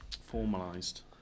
Formalized